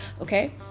okay